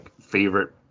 favorite